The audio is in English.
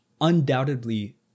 undoubtedly